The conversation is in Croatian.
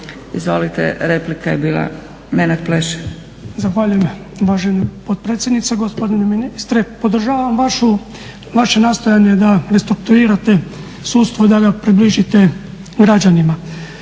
laburisti - Stranka rada)** Zahvaljujem uvažena potpredsjednice. Gospodine ministre podržavam vaše nastojanje da restrukturirate sudstvo i da ga približite građanima.